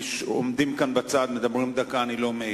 עומדים כאן בצד, מדברים דקה, אני לא מעיר.